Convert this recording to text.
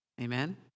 Amen